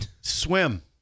Swim